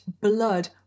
blood